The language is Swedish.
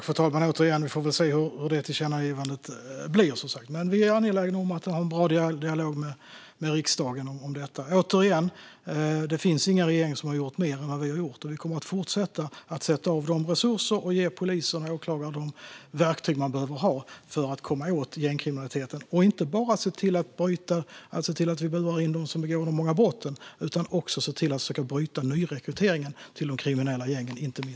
Fru talman! Vi får se hur det tillkännagivandet blir. Vi är angelägna om att ha en bra dialog med riksdagen om detta. Återigen: Det finns ingen regering som har gjort mer än vad vi har gjort. Vi kommer att fortsätta att sätta av resurser och ge poliser och åklagare de verktyg de behöver för att komma åt gängkriminaliteten. Det handlar inte bara om att se till att vi burar in dem som begår de många brotten. Det är inte minst viktigt att försöka bryta nyrekryteringen till de kriminella gängen.